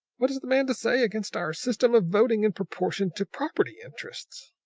what has the man to say against our system of voting in proportion to property interests?